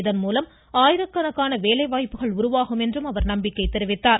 இதன்மூலம் ஆயிரக்கணக்கான வேலைவாய்ப்புகள் உருவாகும் என்றும் அவர் தெரிவித்தார்